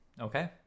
Okay